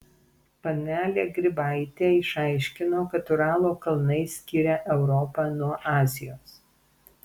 panelė grybaitė išaiškino kad uralo kalnai skiria europą nuo azijos